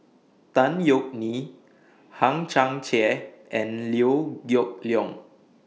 Tan Yeok Nee Hang Chang Chieh and Liew Geok Leong